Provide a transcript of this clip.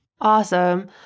Awesome